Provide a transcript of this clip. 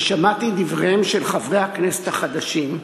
ושמעתי דבריהם של חברי הכנסת החדשים,